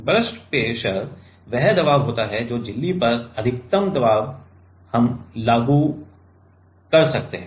burst pressure वह दबाव होता है जो झिल्ली पर अधिकतम दबाव लागू किया जा सकता है